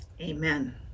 Amen